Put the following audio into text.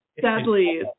Sadly